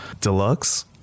Deluxe